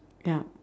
yup